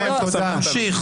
תראה איפה שמת אותנו.